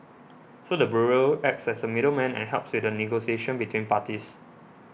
so the bureau acts as a middleman and helps with the negotiation between parties